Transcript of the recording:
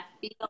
feel